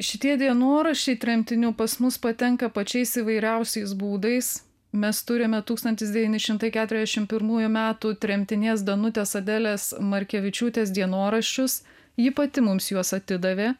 šitie dienoraščiai tremtinių pas mus patenka pačiais įvairiausiais būdais mes turime tūkstantis devyni šimtai keturiasdešim pirmųjų metų tremtinės danutės adelės markevičiūtės dienoraščius ji pati mums juos atidavė